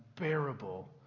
unbearable